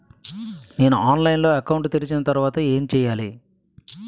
నేను ఆన్లైన్ లో అకౌంట్ తెరిచిన తర్వాత ఏం చేయాలి?